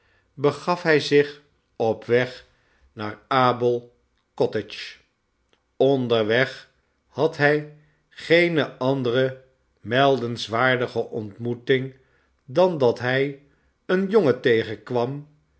begaf hij zich op weg naar abel cottage onderweg had hij geene andere meldenswaardige ontmoeting dan dat hij een jongen tegenkwam